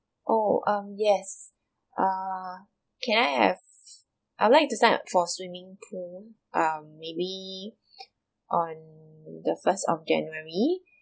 oh um yes err can I have I would like to sign up for swimming pool um maybe on the first of january